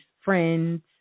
Friends